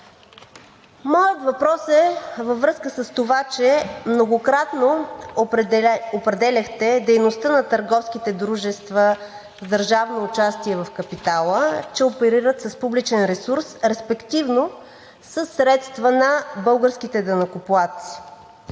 моят въпрос е във връзка с това, че многократно определяхте дейността на търговските дружества с държавно участие в капитала, че оперират с публичен ресурс, респективно със средства на българските данъкоплатци.